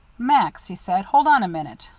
max, he said, hold on a minute.